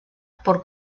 por